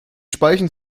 speichen